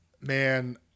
Man